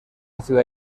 ciudad